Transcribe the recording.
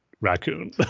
raccoon